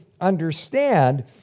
understand